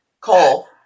Cole